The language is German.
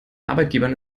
arbeitgebern